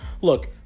look